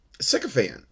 sycophant